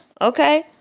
Okay